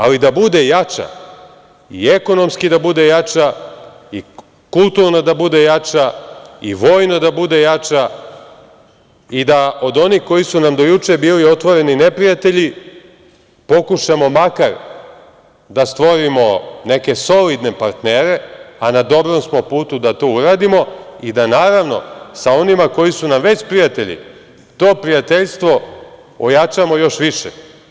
Ali, da bude jača i ekonomski da bude jača i kulturno da bude jača i vojno da bude jača i da onih koji u nam do juče bili otvoreni neprijatelji pokušamo makar da stvorimo neke solidne partnere, a na dobrom smo putu da to uradimo i da naravno sa onima koji su nam već prijatelji to prijateljstvo ojačamo još više.